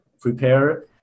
Prepare